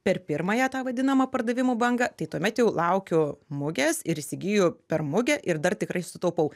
per pirmąją tą vadinamą pardavimų bangą tai tuomet jau laukiu mugės ir įsigiju per mugę ir dar tikrai sutaupau